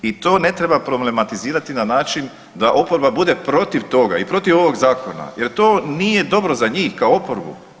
I to ne treba problematizirati na način da oporba bude protiv toga i protiv ovog zakona jer to nije dobro za njih kao oporbu.